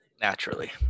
Naturally